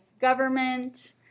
government